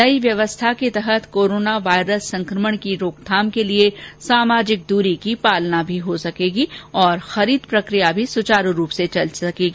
नई व्यवस्था के तहत कोरोना वायरस संकमण की रोकथाम के लिए सामाजिक दूरी की पालना भी हो सकेगी और खरीद प्रकिया भी सुचारू रूप से चल सकेगी